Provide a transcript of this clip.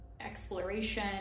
exploration